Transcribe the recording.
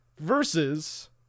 Versus